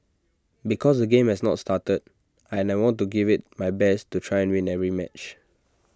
because the game has not started and I want to give IT my best to try win every match